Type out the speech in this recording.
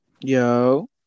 yo